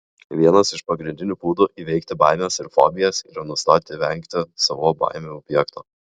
vienas iš pagrindinių būdų įveikti baimes ir fobijas yra nustoti vengti savo baimių objekto